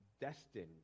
Destined